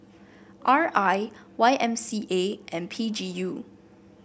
R I Y M C A and P G U